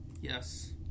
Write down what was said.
Yes